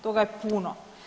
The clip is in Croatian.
Toga je puno.